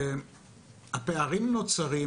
הפערים נוצרים,